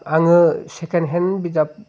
आङो सेकेण्डहेण्ड बिजाब